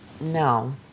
No